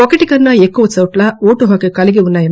ఒకటి కన్సా ఎక్కువ చోట్ల ఓటు హక్కు కలిగి వున్న ఎమ్